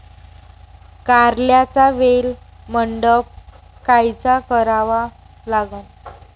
कारल्याचा वेल मंडप कायचा करावा लागन?